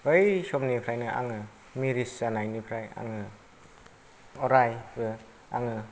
बै समनिफ्रायनो आङो मेरिस जानायनिफ्राय आङो अरायबो आङो